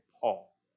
Paul